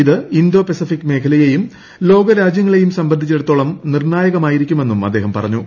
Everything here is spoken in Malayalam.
ഇത് ഇന്തോ പെസഫിക് മേഖലയേയും ലോകരാജൃങ്ങളേയും സംബന്ധിച്ചിടത്തോളം നിർണ്ണായകമായിരിക്കുമെന്നും അദ്ദേഹം പറഞ്ഞു